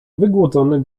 wygłodzony